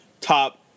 top